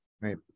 right